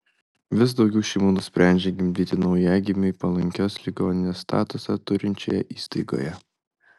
vis daugiau šeimų nusprendžia gimdyti naujagimiui palankios ligoninės statusą turinčioje įstaigoje